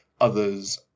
others